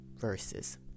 verses